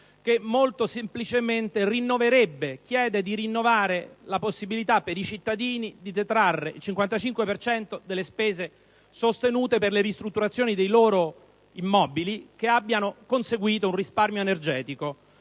che molto semplicemente chiede di rinnovare la possibilità per i cittadini di detrarre il 55 per cento delle spese sostenute per le ristrutturazioni dei loro immobili che abbiano conseguito un risparmio energetico,